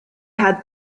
had